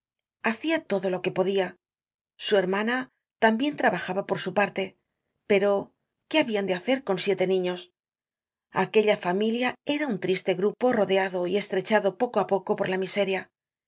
hacia todo lo que podia su hermana tambien trabajaba por su parte pero qué habian de hacer con siete niños aquella familia era un triste grupo rodeado y estrechado poco á poco por la miseria